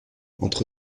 entre